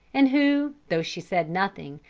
and who, though she said nothing,